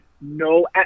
no –